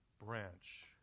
branch